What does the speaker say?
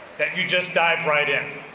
that you just dive right in.